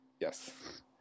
Yes